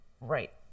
Right